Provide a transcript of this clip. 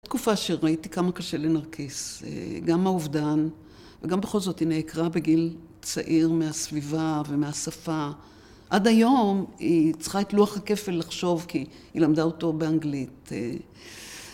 זו תקופה שראיתי כמה קשה לנרקיס, גם מהאובדן, וגם בכל זאת היא נעקרה בגיל צעיר מהסביבה ומהשפה. עד היום היא צריכה את לוח הכפל לחשוב כי היא למדה אותו באנגלית.